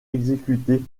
exécuté